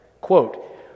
Quote